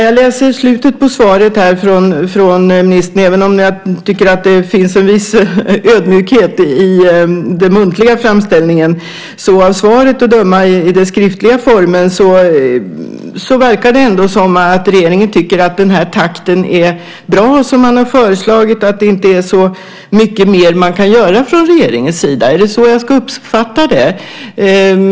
Av svaret i skriftlig form att döma, även om jag tycker att det finns en viss ödmjukhet i den muntliga framställningen hos ministern, verkar det ändå som att regeringen tycker att den takt som man har föreslagit är bra och att det inte är så mycket mer man kan göra från regeringens sida. Är det så jag ska uppfatta det?